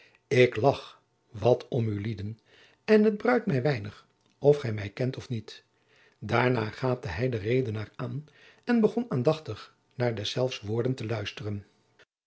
ik lagch wat om ulieden en het bruit mij weinig of gij mij kent of niet daarna gaapte hij den redenaar aan en begon aandachtig naar deszelfs woorden te luisteren